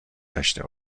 داشته